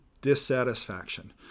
dissatisfaction